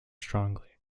strongly